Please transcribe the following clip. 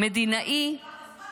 מדינאי --- אבל הוא היה בגבול סוריה.